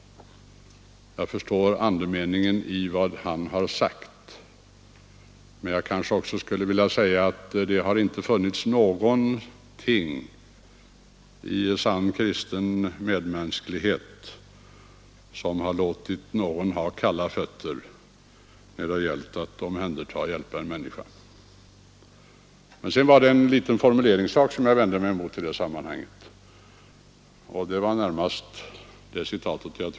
Jag förstår andemeningen, men jag vill också säga att det hör till sann kristen medmänsklighet att man inte låter någon ha kalla fötter när det gäller att omhänderta och hjälpa en människa. Men det var en liten formuleringssak som jag vände mig mot i det sammanhanget.